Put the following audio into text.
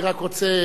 אני רק רוצה,